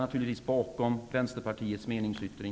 Naturligtvis ställer jag mig bakom